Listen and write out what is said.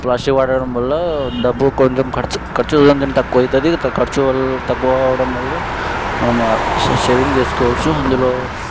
plastic వాడడం వల్ల డబ్బు కొంచెం ఖర్చు ఖర్చుకొంచెం తక్కువ అవుతుంది ఖర్చు తక్కువ అవడం వల్ల సేవింగ్ చేసుకోవచ్చు అందులో